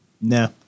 no